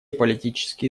политические